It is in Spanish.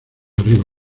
arriba